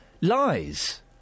lies